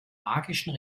magischen